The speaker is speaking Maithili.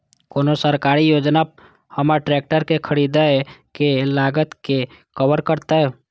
कोन सरकारी योजना हमर ट्रेकटर के खरीदय के लागत के कवर करतय?